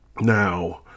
Now